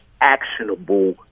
actionable